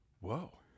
Whoa